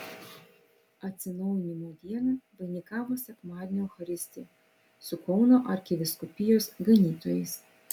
atsinaujinimo dieną vainikavo sekmadienio eucharistija su kauno arkivyskupijos ganytojais